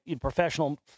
professional